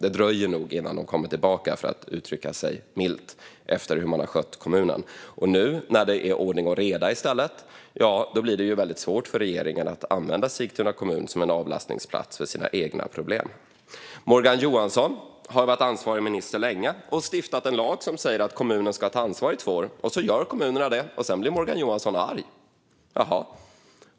Det dröjer nog innan de kommer tillbaka - för att uttrycka sig milt - efter hur de har skött kommunen. Nu när det i stället är ordning och reda blir det svårt för regeringen att använda Sigtuna kommun som en avlastningsplats för sina egna problem. Morgan Johansson har varit ansvarig minister länge och stiftat en lag som säger att kommunen ska ta ansvar under två år. Så gör kommunerna så, och sedan blir Morgan Johansson arg. Jaha!